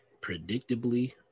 predictably